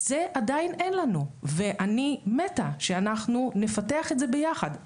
זה עדיין אין לנו ואני מתה שאנחנו נפתח את זה ביחד.